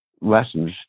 lessons